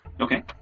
Okay